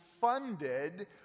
funded